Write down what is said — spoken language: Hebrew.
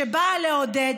שבאה לעודד,